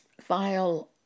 file